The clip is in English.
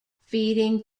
feeding